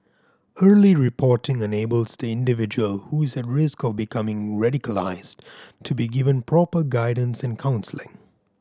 early reporting enables the individual who is at risk of becoming radicalised to be given proper guidance and counselling